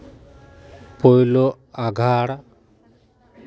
ᱯᱳᱭᱞᱳ ᱟᱸᱜᱷᱟᱲ